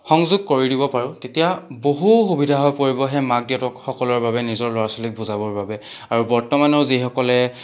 সংযোগ কৰিব দিব পাৰো তেতিয়া বহু সুবিধা হৈ পৰিব সেই মাক দেউতাকসকলৰ বাবে নিজৰ ল'ৰা ছোৱালীক বুজাবৰ বাবে আৰু বৰ্তমানেও যিসকলে